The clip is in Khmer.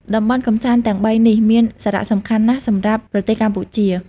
តំបន់កម្សាន្តទាំងបីនេះ មានសារៈសំខាន់ណាស់សម្រាប់ប្រទេសកម្ពុជា។